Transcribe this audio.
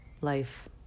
life